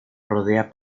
rodea